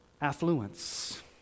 affluence